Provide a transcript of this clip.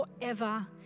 forever